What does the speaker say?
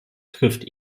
trifft